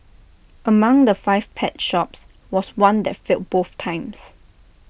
among the five pet shops was one that failed both times